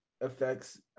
affects